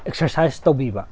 exercise ꯇꯧꯕꯤꯕ